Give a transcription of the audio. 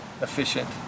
efficient